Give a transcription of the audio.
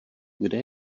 kde